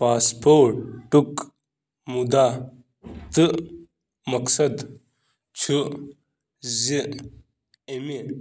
.Passport کَمہِ مقصدٕچ کٲم چھِ کران؟ پاسپورٹُک مقصد